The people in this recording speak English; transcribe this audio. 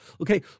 Okay